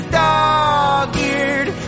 dog-eared